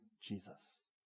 Jesus